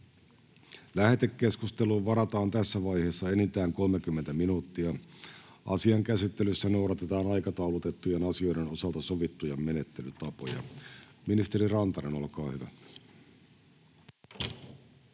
Lähetekeskusteluun varataan tässä vaiheessa enintään 30 minuuttia. Asian käsittelyssä noudatetaan aikataulutettujen asioiden osalta sovittuja menettelytapoja. — Ministeri Rantanen, olkaa hyvä.